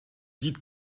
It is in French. dites